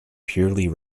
purely